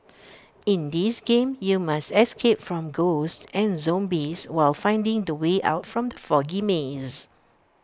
in this game you must escape from ghosts and zombies while finding the way out from the foggy maze